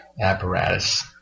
apparatus